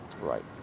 Right